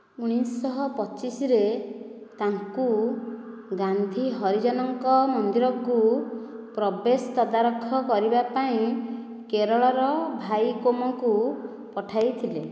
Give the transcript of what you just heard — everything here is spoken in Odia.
ଉଣେଇଶ ପଚିଶ ରେ ତାଙ୍କୁ ଗାନ୍ଧୀ ହରିଜନଙ୍କ ମନ୍ଦିରକୁ ପ୍ରବେଶ ତଦାରଖ କରିବା ପାଇଁ କେରଳର ଭାଇକୋମକୁ ପଠାଇଥିଲେ